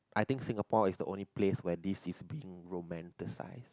I think Singapore is the only place where this is being romanticize